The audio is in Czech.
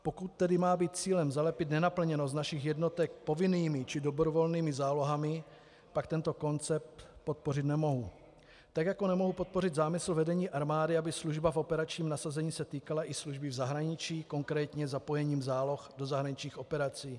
Pokud tedy má být cílem zalepit nenaplněnost našich jednotek povinnými či dobrovolnými zálohami, pak tento koncept podpořit nemohu, tak jako nemohu podpořit zámysl vedení armády, aby služba v operačním nasazení se týkala i služby v zahraničí, konkrétně zapojení záloh do zahraničních operací.